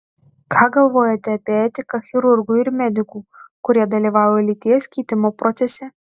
ką galvojate apie etiką chirurgų ir medikų kurie dalyvauja lyties keitimo procese